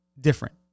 different